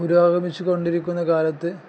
പുരോഗമിച്ച് കൊണ്ടിരിക്കുന്ന കാലത്ത്